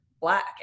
black